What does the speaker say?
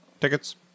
tickets